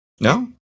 No